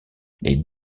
les